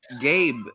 Gabe